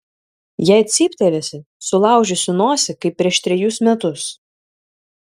jei cyptelėsi sulaužysiu nosį kaip prieš trejus metus